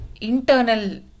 internal